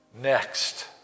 next